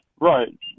Right